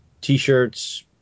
t-shirts